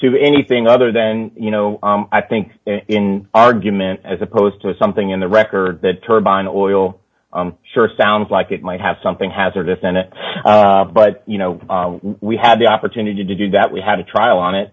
to anything other than you know i think in argument as opposed to something in the record that turbine oil sure sounds like it might have something hazardous then it but you know we had the opportunity to do that we had a trial on it